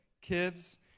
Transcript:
Kids